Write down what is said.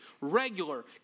regular